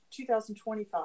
2025